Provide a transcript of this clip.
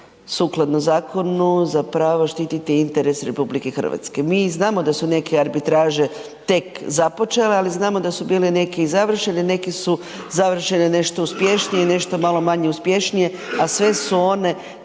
sukladno zakonu zapravo štititi interes RH, mi znamo da su neke arbitraže tek započele, ali znamo da su bili neki i završeni, neki su završene nešto uspješnije, nešto malo manje uspješnije, a sve su one